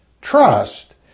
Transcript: Trust